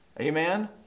Amen